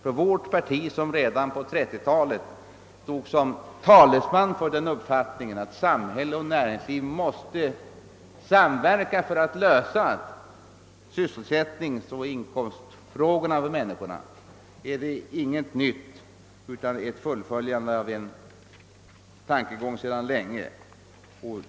För vårt parti, som redan på 1930-talet stod som talesman för uppfattningen att samhälle och näringsliv måste samverka för att lösa sysselsättningsoch inkomstfrågorna för människorna, är detta ingenting nytt utan ett fullföljande av en gammal tankegång.